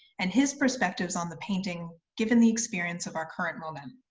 and his perspectives on the painting, given the experience of our current moment.